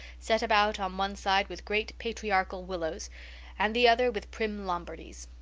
set about on one side with great patriarchal willows and the other with prim lombardies.